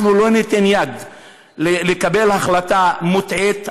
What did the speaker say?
אנחנו לא ניתן יד להחלטה מוטעית,